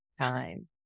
time